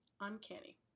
Uncanny